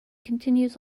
continues